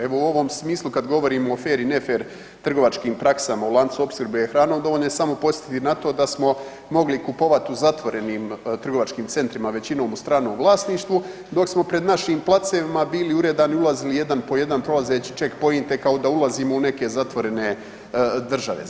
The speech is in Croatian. Evo u ovom smislu kada govorimo o fer i ne fer trgovačkim praksama u lancu opskrbe hranom, dovoljno je samo podsjetiti na to da smo mogli kupovati u zatvorenim trgovačkim centrima većinom u stranom vlasništvu, dok smo pred našim placevima bili uredani i ulazili jedan po jedan prolazeći checkpointe kao da ulazimo u neke zatvorene države.